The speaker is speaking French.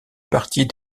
partie